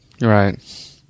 Right